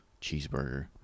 cheeseburger